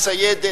מסיידת,